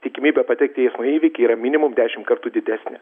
tikimybė patekti į įvykį yra minimum dešimt kartų didesnė